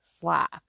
slack